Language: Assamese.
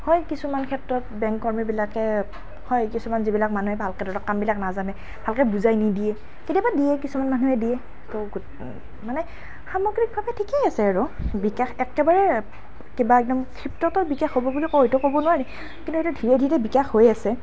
হয় কিছুমান ক্ষেত্ৰত বেংক কৰ্মীবিলাকে হয় কিছুমান যিবিলাক মানুহে ভালকৈ ধৰক কামবিলাক নাজানে ভালকৈৈ বুজাই নিদিয়ে কেতিয়াবা দিয়ে কিছুমান মানুহে দিয়ে ত' গ মানে সামগ্ৰিকভাৱে ঠিকেই আছে আৰু বিকাশ একেবাৰে কিবা একদম চব ক্ষেত্ৰতে বিকাশ হ'ব বুলি হয়তো ক'ব নোৱাৰি কিন্তু এতিয়া ধীৰে ধীৰে বিকাশ হৈ আছে